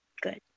Good